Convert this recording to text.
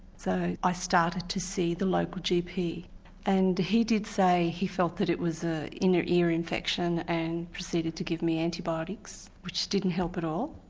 so i started to see the local gp and he did say he felt that it was an ah inner ear infection and proceeded to give me antibiotics which didn't help at all.